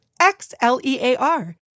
X-L-E-A-R